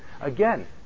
Again